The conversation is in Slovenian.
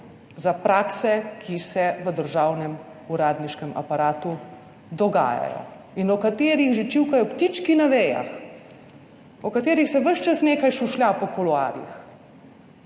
za prakse, ki se v državnem uradniškem aparatu dogajajo in o katerih že čivkajo ptički na vejah, o katerih se ves čas nekaj šušlja po kuloarjih.